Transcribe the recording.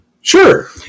sure